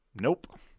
nope